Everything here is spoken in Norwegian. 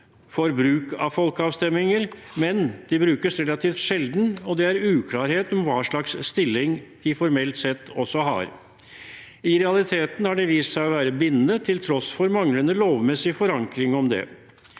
for bruk av folkeavstemninger, men de brukes relativt sjeldent, og det er uklarhet om hva slags stilling de formelt sett har. I realiteten har det vist seg å være bindende, til tross for manglende lovmessig forankring om det.